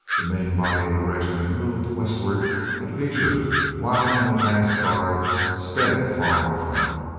the main body of the regiment moved westward at leisure while an advance guard sped far in front.